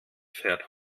fährt